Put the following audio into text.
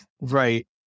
Right